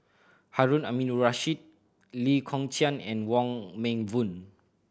Harun Aminurrashid Lee Kong Chian and Wong Meng Voon